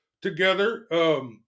together